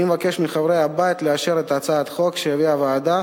אני מבקש מחברי הבית לאשר את הצעת החוק שהביאה הוועדה,